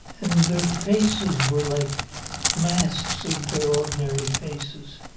and their faces were like masks of their ordinary faces.